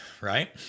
Right